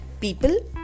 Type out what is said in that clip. people